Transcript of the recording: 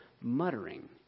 muttering